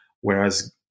whereas